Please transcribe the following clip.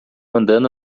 andando